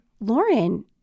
Lauren